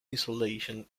isolation